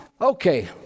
Okay